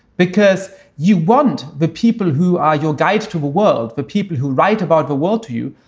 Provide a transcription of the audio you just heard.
because you want the people who are your guide to the world, the people who write about the world to you,